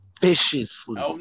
viciously